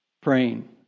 praying